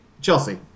Chelsea